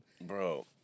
Bro